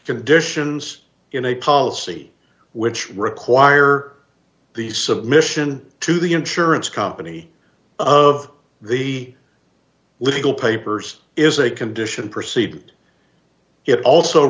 conditions in a policy which require the submission to the insurance company of the legal papers is a condition proceed it also